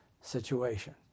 situation